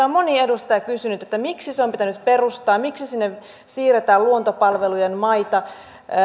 on moni edustaja kysynyt että miksi se on pitänyt perustaa miksi sinne siirretään luontopalvelujen maita